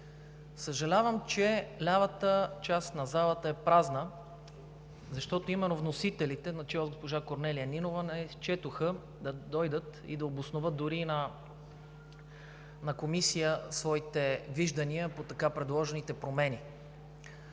Съжалявам, че лявата част на залата е празна, защото именно вносителите, начело с госпожа Корнелия Нинова, не счетоха да дойдат и да обосноват дори на Комисия своите виждания по така предложените промени.